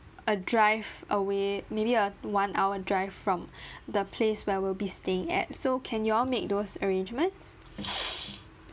a drive away maybe a one hour drive from the place where we'll be staying at so can you all make those arrangements